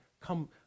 come